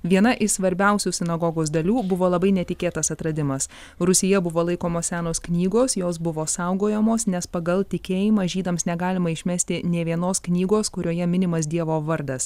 viena iš svarbiausių sinagogos dalių buvo labai netikėtas atradimas rūsyje buvo laikomos senos knygos jos buvo saugojamos nes pagal tikėjimą žydams negalima išmesti nė vienos knygos kurioje minimas dievo vardas